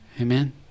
Amen